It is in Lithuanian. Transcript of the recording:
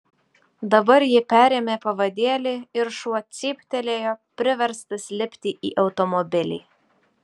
dabar ji perėmė pavadėlį ir šuo cyptelėjo priverstas lipti į automobilį